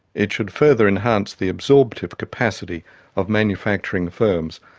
it should further enhance the absorptive capacity of manufacturing firms,